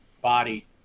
body